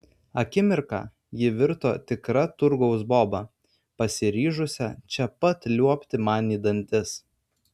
akimirką ji virto tikra turgaus boba pasiryžusia čia pat liuobti man į dantis